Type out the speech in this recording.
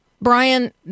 Brian